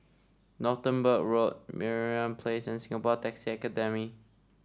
Northumberland Road Merlimau Place and Singapore Taxi Academy